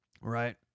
Right